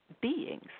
beings